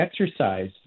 exercise